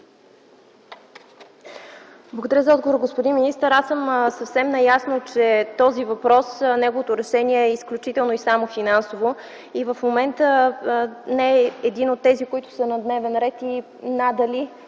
Благодаря за отговора, господин министър. Аз съм съвсем наясно, че решението на този въпрос е изключително и само финансово и в момента не е един от тези, които са на дневен ред. Надали